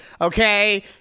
Okay